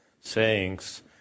sayings